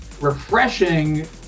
refreshing